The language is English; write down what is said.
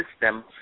system